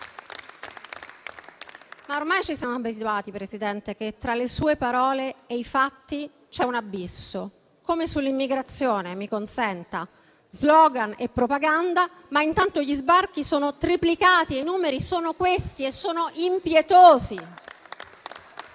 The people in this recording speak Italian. Ormai siamo abituati, Presidente, al fatto che tra le sue parole e i fatti ci sia un abisso, come sull'immigrazione. Mi consenta: *slogan* e propaganda, ma intanto gli sbarchi sono triplicati. I numeri sono questi e sono impietosi